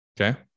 okay